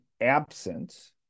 absent